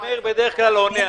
מאיר בדרך כלל עונה.